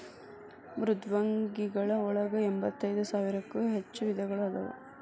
ಮೃದ್ವಂಗಿಗಳ ಒಳಗ ಎಂಬತ್ತೈದ ಸಾವಿರಕ್ಕೂ ಹೆಚ್ಚ ವಿಧಗಳು ಅದಾವ